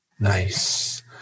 Nice